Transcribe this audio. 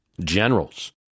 generals